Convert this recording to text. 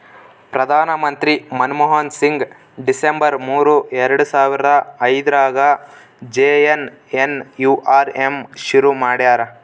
ಪ್ರಧಾನ ಮಂತ್ರಿ ಮನ್ಮೋಹನ್ ಸಿಂಗ್ ಡಿಸೆಂಬರ್ ಮೂರು ಎರಡು ಸಾವರ ಐದ್ರಗಾ ಜೆ.ಎನ್.ಎನ್.ಯು.ಆರ್.ಎಮ್ ಶುರು ಮಾಡ್ಯರ